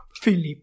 Philip